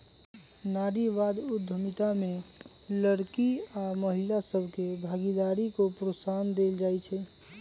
नारीवाद उद्यमिता में लइरकि आऽ महिला सभके भागीदारी को प्रोत्साहन देल जाइ छइ